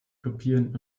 kopieren